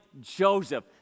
Joseph